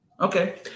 Okay